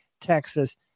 Texas